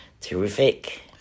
Terrific